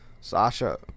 Sasha